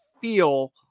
feel